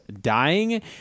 dying